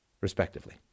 respectively